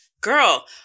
girl